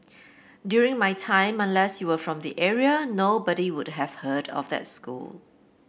during my time unless you were from the area nobody would have heard of that school